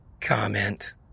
comment